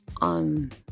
on